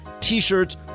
T-shirts